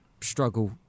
struggle